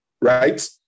right